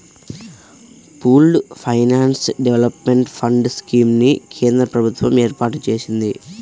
pooled finance development fund scheme ని కేంద్ర ప్రభుత్వం ఏర్పాటు చేసింది